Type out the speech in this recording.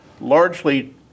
largely